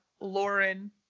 Lauren